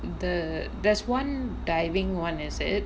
the there's one diving [one] is it